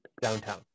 downtown